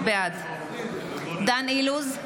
בעד דן אילוז,